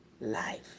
life